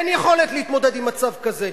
אין יכולת להתמודד עם מצב כזה,